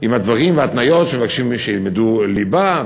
עם הדברים וההתניות שמבקשים שילמדו ליבה,